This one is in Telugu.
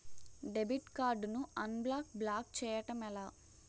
డెబిట్ కార్డ్ ను అన్బ్లాక్ బ్లాక్ చేయటం ఎలా?